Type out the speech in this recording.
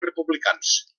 republicans